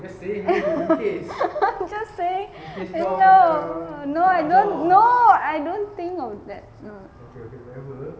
just saying no I don't no I don't think of that mm